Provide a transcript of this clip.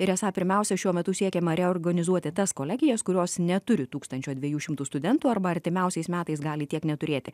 ir esą pirmiausia šiuo metu siekiama reorganizuoti tas kolegijas kurios neturi tūkstančio dviejų šimtų studentų arba artimiausiais metais gali tiek neturėti